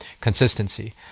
consistency